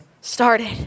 started